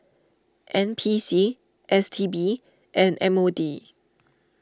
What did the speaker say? N P C S T B and M O D